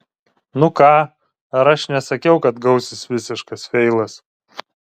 nu ką ar aš nesakiau kad gausis visiškas feilas